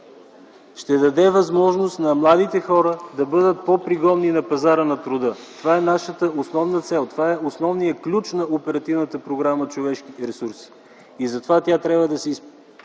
ще дадем възможност на младите хора да бъдат по-пригодни на пазара на труда. Това е нашата основна цел, това е основният ключ на Оперативна програма „Човешки ресурси”. Затова тя трябва да се използва